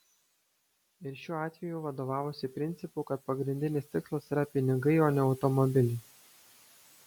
ir šiuo atveju vadovavosi principu kad pagrindinis tikslas yra pinigai o ne automobiliai